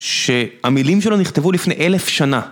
שהמילים שלו נכתבו לפני אלף שנה.